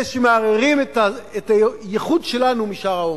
אלה שמערערים את הייחוד שלנו משאר האומות.